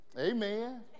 Amen